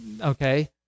okay